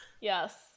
yes